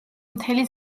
მთელი